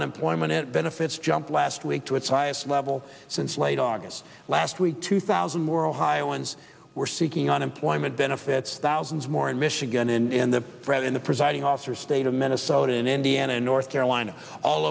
unemployment benefits jumped last week to its highest level since late august last week two thousand more ohioans were seeking unemployment benefits thousands more in michigan in the red in the presiding officer state of minnesota in indiana north carolina all